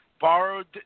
borrowed